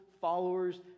followers